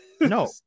No